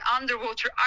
underwater